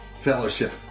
Fellowship